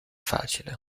facile